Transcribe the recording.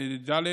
ד.